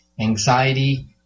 anxiety